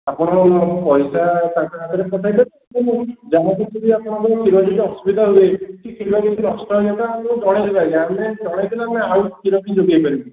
ଆପଣ ଆମକୁ ପଇସା ତା'ଙ୍କ ହାତରେ ପଠେଇ ଦେବେ ଏବଂ ଯାହା କିଛି ବି ଆପଣଙ୍କର କ୍ଷୀର କିଛି ଅସୁବିଧା ହୁଏ କି କ୍ଷୀର କିଛି ନଷ୍ଟ ହେଇ ଯାଇଥାଏ ଆମକୁ ଜଣେଇ ଦେବେ ଆଜ୍ଞା ଆମେ ଜଣେଇ ଦେଲେ ଆମେ ଆଉ କ୍ଷୀର ବି ଯୋଗେଇ ପାରିବୁ